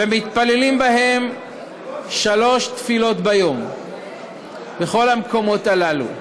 ומתפללים שלוש תפילות ביום בכל המקומות הללו.